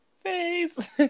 face